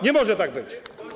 Nie może tak być.